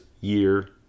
year